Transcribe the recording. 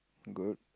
good